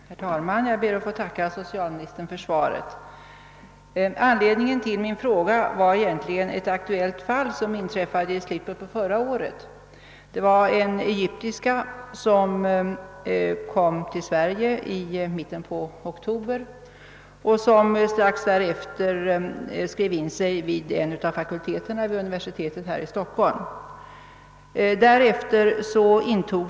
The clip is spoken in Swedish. Herr talman! Jag ber att få tacka socialministern för svaret. Anledningen till min interpellation var ett aktuellt fall, som inträffade i slutet på förra året. Det var en egyptiska som kom till Sverige i mitten på oktober och som strax därefter skrev in sig vid en av fakulteterna vid universitetet här i Stockholm.